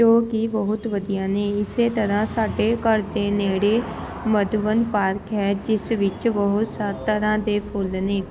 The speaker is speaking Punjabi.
ਜੋ ਕਿ ਬਹੁਤ ਵਧੀਆ ਨੇ ਇਸੇ ਤਰ੍ਹਾਂ ਸਾਡੇ ਘਰ ਦੇ ਨੇੜੇ ਮਧੂਵਨ ਪਾਰਕ ਹੈ ਜਿਸ ਵਿੱਚ ਬਹੁਤ ਸ ਤਰ੍ਹਾਂ ਦੇ ਫੁੱਲ ਨੇ